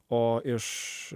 o iš